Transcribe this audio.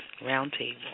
Roundtable